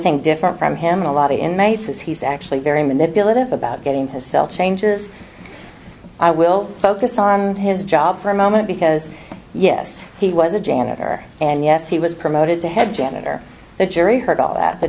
thing different from him in a lot of inmates is he's actually very manipulative about getting his cell changes i will focus on his job for a moment because yes he was a janitor and yes he was promoted to head janitor the jury heard all that the